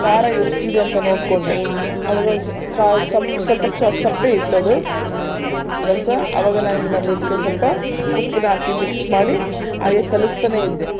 ಖಾರ ಎಷ್ಟಿದೆ ಅಂತ ನೋಡಿಕೊಂಡೆ ಅವಾಗ ಒಂದು ಸ ಖಾರ ಸಪ್ ಸ್ವಲ್ಪ ಸ ಸಪ್ಪೆ ಇತ್ತದು ರಸ ಅವಾಗ ನಾನು ಏನು ಮಾಡಿದೆ ಅದಕ್ಕೆ ಸ್ವಲ್ಪ ಉಪ್ಪನ್ನೂ ಹಾಕಿ ಮಿಕ್ಸ್ ಮಾಡಿ ಹಾಗೆ ಕಲಸ್ತಲೇ ಇದ್ದೆ